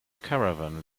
caravan